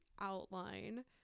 outline